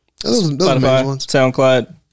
soundcloud